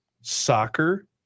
soccer